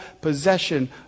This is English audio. possession